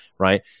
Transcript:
Right